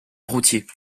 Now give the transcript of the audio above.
routiers